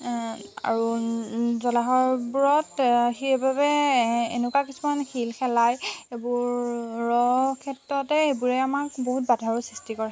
আৰু জলাশয়বোৰত সেইবাবে এনেকুৱা কিছুমান শিল শেলাই এইবোৰৰ ক্ষেত্ৰতে এইবোৰে আমাক বহুত বাধাৰো সৃ্ষ্টি কৰে